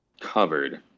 covered